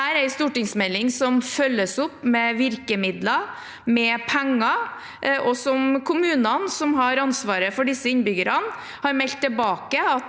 Det er en stortingsmelding som følges opp med virkemidler, med penger, og som kommunene, som har ansvaret for disse innbyggerne, har meldt tilbake